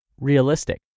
realistic